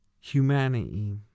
humanity